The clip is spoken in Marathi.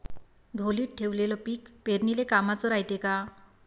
ढोलीत ठेवलेलं पीक पेरनीले कामाचं रायते का?